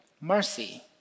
mercy